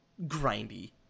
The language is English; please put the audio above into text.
grindy